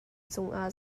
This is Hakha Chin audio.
cungah